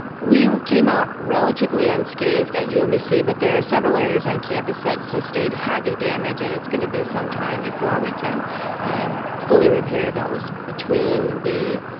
we came out relatively unscathed at umbc but there are several areas on campus that sustained heavy damage and it's going to be some time before we can fully repair those. between the